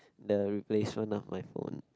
the replacement of my phone